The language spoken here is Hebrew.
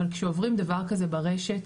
אבל כשעוברים דבר כזה ברשת,